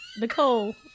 Nicole